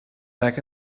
back